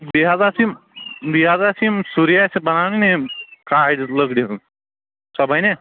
بیٚیہِ حظ آسہٕ یِم بیٚیہِ حظ آسہٕ یِم سُریا اَسہِ بناونہِ یِم کایِر لٔکٕر ہٕنٛز سۅ بنیٛا